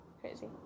Crazy